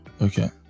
Okay